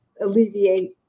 alleviate